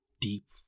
deep